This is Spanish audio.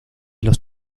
los